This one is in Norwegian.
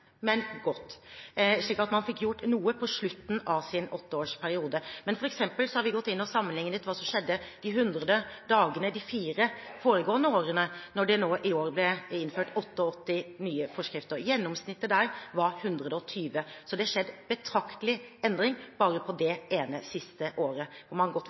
Man fikk gjort noe på slutten av sin åtteårsperiode. Vi har sammenlignet det som skjedde de første 100 dagene i de fire foregående årene, med at det i år har blitt innført 88 nye forskrifter. Gjennomsnittet der var 120, så det har skjedd betraktelig endring bare på det ene siste året, hvor man har gått